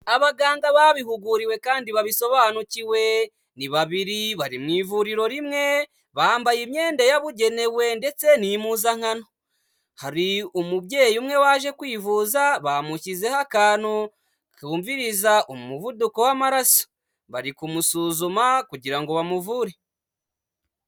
Abaganga babihuguriwe kandi babisobanukiwe, ni babiri bari mu ivuriro rimwe, bambaye imyenda yabugenewe ndetse n'impuzankano, hari umubyeyi umwe waje kwivuza, bamushyizeho akantu ku bumviriza umuvuduko w'amaraso, bari kumusuzuma kugira ngo bamuvure.